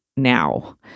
now